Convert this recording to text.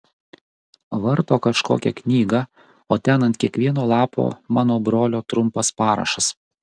varto kažkokią knygą o ten ant kiekvieno lapo mano brolio trumpas parašas